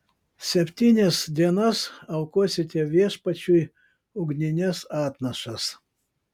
septynias dienas aukosite viešpačiui ugnines atnašas